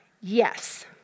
yes